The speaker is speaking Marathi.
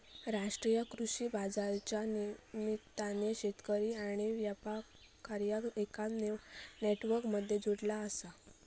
राष्ट्रीय कृषि बाजारच्या निमित्तान शेतकरी आणि व्यापार्यांका एका नेटवर्क मध्ये जोडला आसा